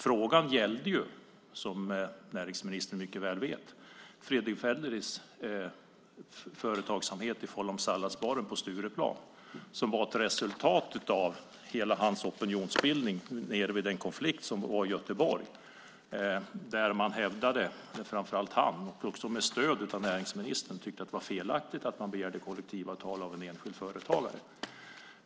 Frågan gällde, som näringsministern mycket väl vet, Fredrick Federleys företagsamhet i form av salladsbaren på Stureplan. Det var ett resultat av hela hans opinionsbildning om den konflikt som var nere i Göteborg. Där hävdade han, också med stöd av näringsministern, att det var felaktigt att man begärde kollektivavtal av en enskild företagare.